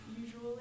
usually